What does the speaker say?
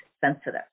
sensitive